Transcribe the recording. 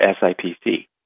SIPC